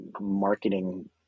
marketing